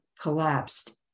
collapsed